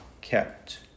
kept